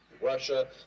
russia